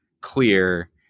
clear